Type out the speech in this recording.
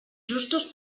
justos